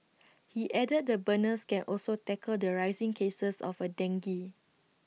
he added the burners can also tackle the rising cases of A dengue